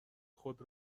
خود